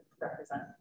represent